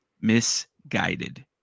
Misguided